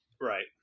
Right